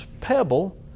pebble